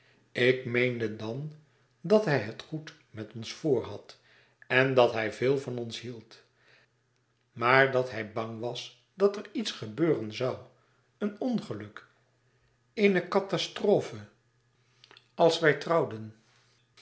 ik meende dan dat hij het goed met ons voor had en dat hij veel van ons hield maar dat hij bang was dat er iets gebeuren zoû een ongeluk eene catastrofe als wij trouwden